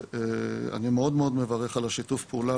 ואני מאוד מאוד מברך על השיתוף פעולה,